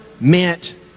meant